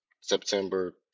September